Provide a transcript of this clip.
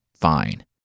Fine